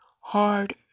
hard